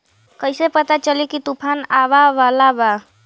कइसे पता चली की तूफान आवा वाला बा?